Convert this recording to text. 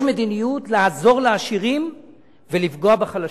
יש מדיניות לעזור לעשירים ולפגוע בחלשים.